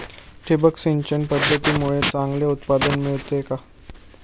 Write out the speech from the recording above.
ठिबक सिंचन पद्धतीमुळे चांगले उत्पादन मिळते का?